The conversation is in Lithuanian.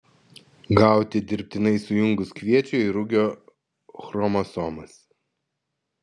gauti dirbtinai sujungus kviečio ir rugio chromosomas